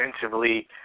defensively